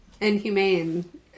inhumane